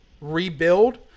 rebuild –